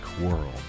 world